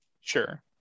Sure